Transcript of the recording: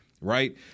right